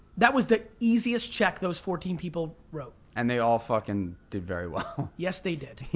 that was the easiest check those fourteen people wrote. and they all fuckin' did very well. yes they did.